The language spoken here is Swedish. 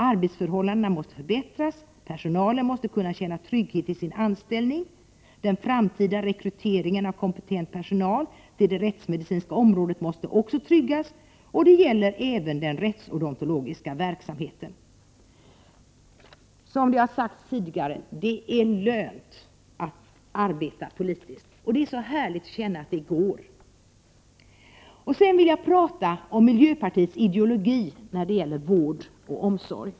Arbetsförhållandena måste förbättras. Personalen måste kunna känna trygghet i sin anställning. Den framtida rekryteringen av kompetent personal till det rättsmedicinska området måste också tryggas. Detta gäller även den rättsodontologiska verksamheten.” Som har sagts tidigare: Det är lönt att arbeta politiskt! Det är så härligt att känna att det går att göra det. Sedan vill jag tala om miljöpartiets ideologi när det gäller vård och omsorg.